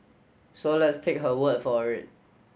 so let's take her word for it